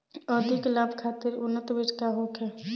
अधिक लाभ खातिर उन्नत बीज का होखे?